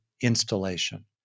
installation